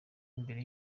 imbere